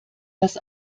das